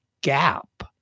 gap